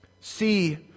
See